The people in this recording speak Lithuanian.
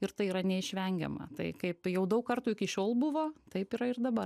ir tai yra neišvengiama tai kaip jau daug kartų iki šiol buvo taip yra ir dabar